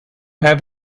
have